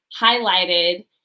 highlighted